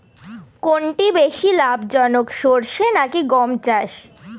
কোনটি বেশি লাভজনক সরষে নাকি গম চাষ?